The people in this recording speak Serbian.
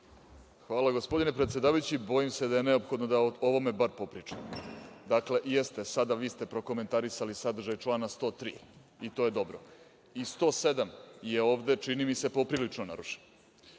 Hvala. Gospodine predsedavajući, bojim se da je neophodno da o ovome bar popričamo. Dakle, jeste, vi ste prokomentarisali sada sadržaj člana 103. i to je dobro. I član 107. je ovde, čini mi se, poprilično narušen.